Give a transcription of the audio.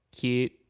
Kid